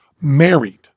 Married